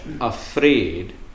afraid